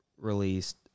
released